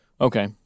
Okay